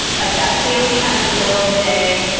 like that family time in the middle of the day,